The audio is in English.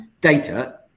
data